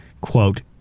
quote